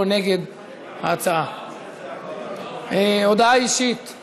והצביע נגד למרות שכוונתו הייתה להצביע בעד.